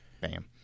bam